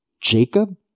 Jacob